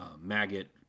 maggot